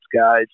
guys